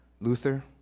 Luther